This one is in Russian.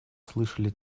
слышали